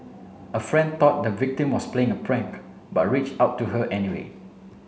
a friend thought the victim was playing a prank but reached out to her anyway